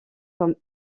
comme